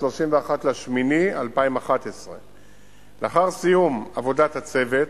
31 באוגוסט 2011. לאחר סיום עבודת הצוות